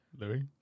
Louis